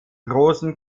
großen